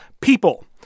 PEOPLE